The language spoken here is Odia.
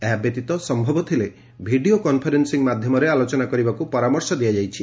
ଏହା ବ୍ୟତୀତ ସମ୍ମବ ଥିଲେ ଭିଡ଼ିଓ କନଫରେନ୍ପିଂ ମାଧ୍ଧମରେ ଆଲୋଚନା କରିବାକୁ ପରାମର୍ଶ ଦିଆଯାଇଛି